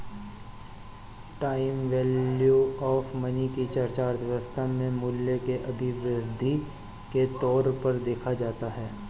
time value of money की चर्चा अर्थव्यवस्था में मूल्य के अभिवृद्धि के तौर पर देखा जाता है